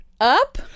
Up